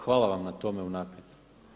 Hvala vam na tome unaprijed.